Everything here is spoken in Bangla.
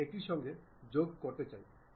সামনের ভিউটি কী আপনি এটি অনুমান করতে পারেন